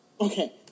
Okay